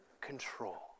control